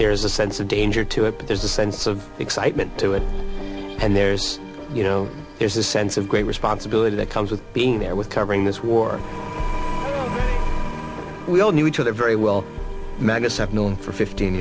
there is a sense of danger to it there's a sense of excitement to it and there's you know there's a sense of great responsibility that comes with being there with covering this war we all knew each other very well magnus have known for fifteen